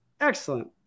excellent